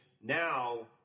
Now